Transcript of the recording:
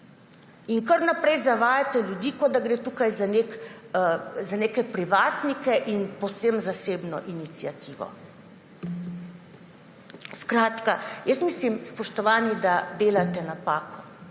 Kar naprej zavajate ljudi, kot da gre tukaj za neke privatnike in povsem zasebno iniciativo. Jaz mislim, spoštovani, da delate napako.